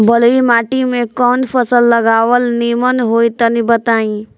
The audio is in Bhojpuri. बलुई माटी में कउन फल लगावल निमन होई तनि बताई?